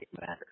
matter